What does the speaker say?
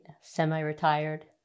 Semi-retired